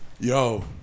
Yo